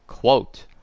Quote